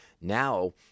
Now